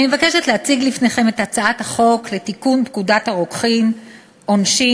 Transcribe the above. אני מבקשת להציג לפניכם את הצעת חוק לתיקון פקודת הרוקחים (עונשין,